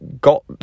Got